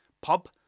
pub